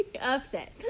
upset